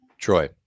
Troy